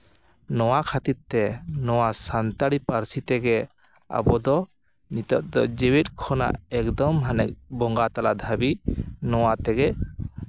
ᱱᱚᱣᱟ ᱠᱷᱟᱹᱛᱤᱨ ᱛᱮ ᱱᱚᱣᱟ ᱥᱟᱱᱛᱟᱲᱤ ᱯᱟᱹᱨᱥᱤ ᱛᱮᱜᱮ ᱟᱵᱚ ᱫᱚ ᱱᱤᱛᱚᱜ ᱫᱚ ᱡᱮᱣᱮᱫ ᱠᱷᱚᱱᱟᱜ ᱮᱠᱫᱚᱢ ᱦᱟᱱᱮ ᱵᱚᱸᱜᱟ ᱛᱟᱞᱟ ᱫᱷᱟᱹᱵᱤᱡ ᱱᱚᱣᱟ ᱛᱮᱜᱮ